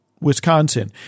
Wisconsin